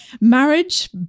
marriage